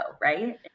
right